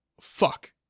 fuck